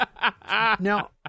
Now-